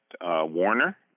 Warner